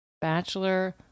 Bachelor